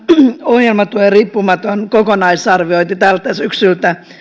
ohjelmatuen riippumaton kokonaisarviointi tältä syksyltä